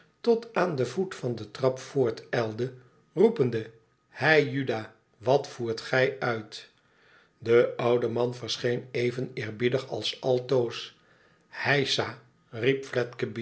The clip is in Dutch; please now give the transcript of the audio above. tot aan den voet van de trap voortijlde roepende i hei juda wat voert gij uit de oude man verscheen even eerbiedig als altoos heisa